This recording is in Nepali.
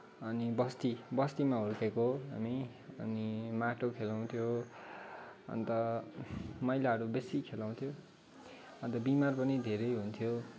अनि बस्ती बस्तीमा हुर्केको हामी अनि माटो खेलाउँथ्यौँ अन्त मैलाहरू बेसी खेलाउँथ्यौँ अन्त बिमार पनि धेरै हुन्थ्यौँ